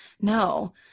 no